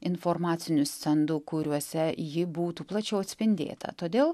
informacinių stendų kuriuose ji būtų plačiau atspindėta todėl